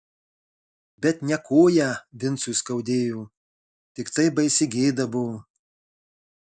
bet ne koją vincui skaudėjo tiktai baisi gėda buvo